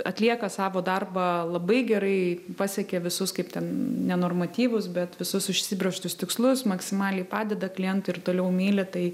atlieka savo darbą labai gerai pasiekė visus kaip ten ne normatyvūs bet visus užsibrėžtus tikslus maksimaliai padeda klientui ir toliau myli tai